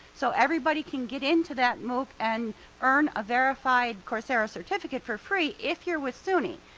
so everybody can get into that mooc and earn a verified coursera certificate for free if you're with suny.